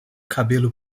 cabelo